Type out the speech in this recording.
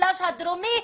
במשולש הדרומי,